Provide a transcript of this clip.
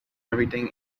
everything